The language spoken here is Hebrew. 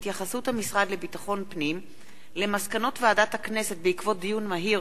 התייחסות המשרד לביטחון הפנים למסקנות ועדת הכנסת בעקבות דיון מהיר